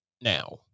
now